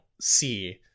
see